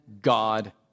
God